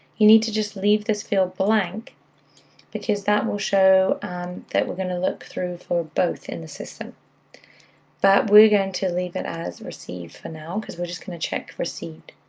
you need to just leave this field blank because that will show um that we're going to look through for both in the system but we're going to leave it as received for now because we're just going to check received.